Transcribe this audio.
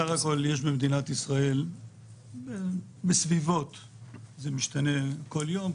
למדינת ישראל בסביבות 7,500,